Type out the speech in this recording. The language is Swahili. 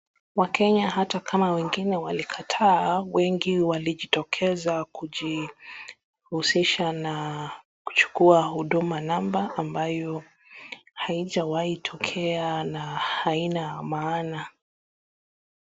Wakenya hata kama wengine walikataa, wengi walijitokeza kujihusisha na kuchukua Huduma number , ambayo haijawahi tokea na haina maana.